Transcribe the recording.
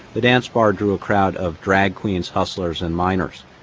the dance bar drew a crowd of drag queens, hustlers, and minors.